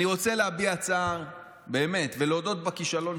אני רוצה באמת להביע צער ולהודות בכישלון שלנו.